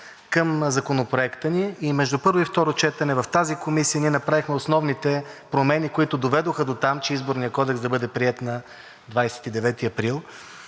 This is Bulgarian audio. към Законопроекта ни и между първо и второ четене на тази комисия ние направихме основните промени, които доведоха дотам, че Изборният кодекс да бъде приет на 29 април.